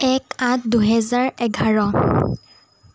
এক আঠ দুহেজাৰ এঘাৰ